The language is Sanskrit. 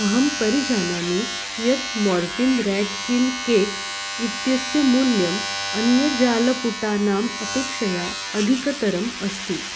अहं परिजानामि यत् मोर्टिन् रेट् किल् केक् इत्यस्य मूल्यम् अन्यजालपुटानाम् अपेक्षया अधिकतरम् अस्ति